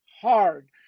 hard